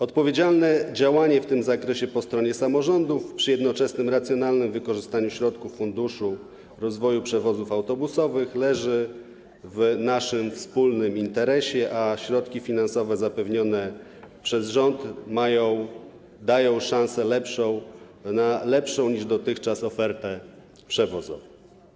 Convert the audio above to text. Odpowiedzialne działanie w tym zakresie po stronie samorządów przy jednoczesnym racjonalnym wykorzystaniu środków funduszu rozwoju przewozów autobusowych leży w naszym wspólnym interesie, a środki finansowe zapewnione przez rząd dają szansę na lepszą niż dotychczas ofertę przewozową.